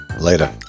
Later